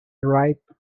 ripe